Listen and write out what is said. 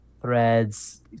Threads